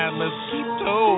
mosquito